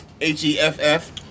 H-E-F-F